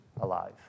alive